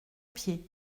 pied